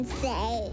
say